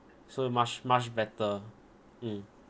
so much much better mm